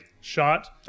shot